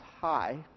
high